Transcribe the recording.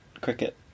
cricket